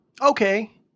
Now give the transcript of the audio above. okay